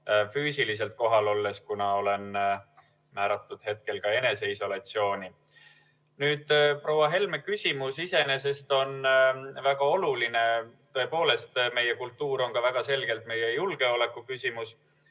füüsiliselt kohal olles, kuna olen määratud hetkel eneseisolatsiooni. Proua Helme küsimus on väga oluline. Tõepoolest, meie kultuur on ka väga selgelt meie julgeolekuküsimus.